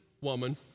woman